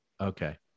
okay